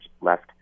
left